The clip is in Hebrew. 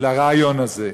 לרעיון הזה.